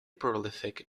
prolific